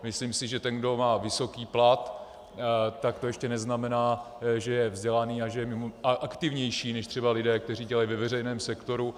Myslím si, že ten, kdo má vysoký plat, tak to ještě neznamená, že je vzdělaný a aktivnější než třeba lidé, kteří dělají ve veřejném sektoru.